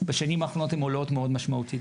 בשנים האחרונות הן עולות מאוד משמעותית.